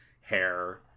hair